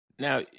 Now